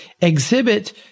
exhibit